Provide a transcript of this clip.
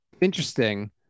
Interesting